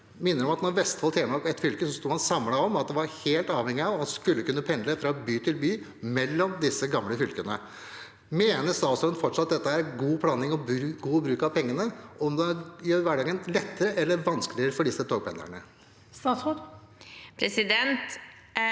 Jeg minner om at da Vestfold og Telemark var ett fylke, sto man samlet om at det var helt avhengig av at man skulle kun ne pendle fra by til by, mellom de gamle fylkene. Mener statsråden fortsatt at dette er god planlegging og god bruk av pengene? Mener hun det gjør hverdagen lettere eller vanskeligere for disse togpendlerne? Statsråd